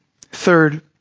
third